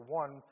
one